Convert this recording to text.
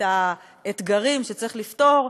את האתגרים שצריך לפתור,